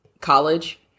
college